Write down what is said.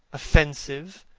offensive.